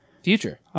Future